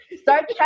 start